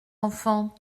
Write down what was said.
enfant